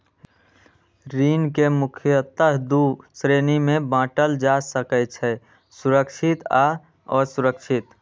ऋण कें मुख्यतः दू श्रेणी मे बांटल जा सकै छै, सुरक्षित आ असुरक्षित